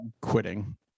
quitting